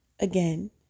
Again